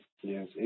Yes